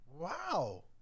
wow